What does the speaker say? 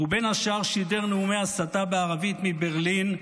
ובין השאר שידר נאומי הסתה בערבית מברלין,